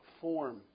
form